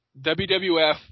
WWF